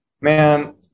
Man